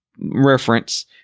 reference